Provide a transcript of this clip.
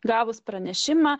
gavus pranešimą